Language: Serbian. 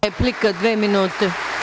Replika, dve minute.